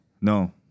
No